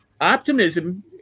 optimism